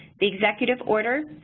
the executive order,